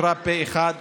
אושרה פה אחד,